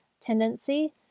tendency